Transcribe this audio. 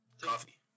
Coffee